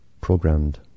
programmed